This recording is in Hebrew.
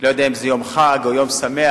לא יודע אם זה יום חג או יום שמח,